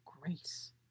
grace